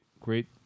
great